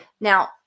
Now